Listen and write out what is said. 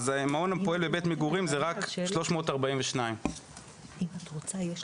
מעון הפועל בבית מגורים יש רק 342. תודה,